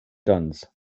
duns